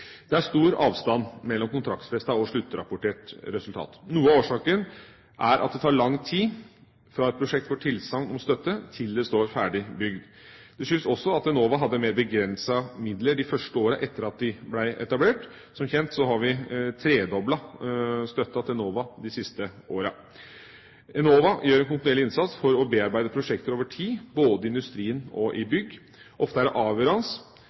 Det er stor avstand mellom kontraktsfestet og sluttrapportert resultat. Noe av årsaken er at det tar lang tid fra et prosjekt får tilsagn om støtte til det står ferdig bygd. Det skyldes også at Enova hadde mer begrensede midler de første årene etter at det ble etablert. Som kjent har vi tredoblet støtten til Enova de siste årene. Enova gjør en kontinuerlig innsats for å bearbeide prosjekter over tid, både i industrien og i bygg. Ofte er det avgjørende